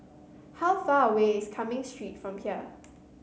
how far away is Cumming Street from here